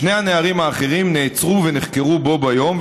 שני הנערים האחרים נעצרו ונחקרו בו-ביום,